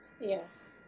Yes